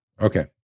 Okay